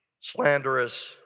Slanderous